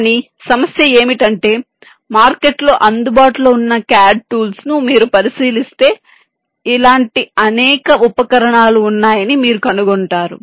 కానీ సమస్య ఏమిటంటే మార్కెట్లో అందుబాటులో ఉన్న CAD టూల్స్ ను మీరు పరిశీలిస్తే ఇలాంటి అనేక ఉపకరణాలు ఉన్నాయని మీరు కనుగొంటారు